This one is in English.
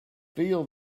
feel